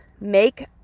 make